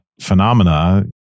phenomena